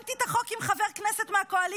שמתי את החוק עם חבר כנסת מהקואליציה.